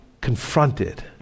confronted